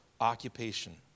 occupation